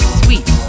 sweet